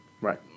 Right